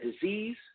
disease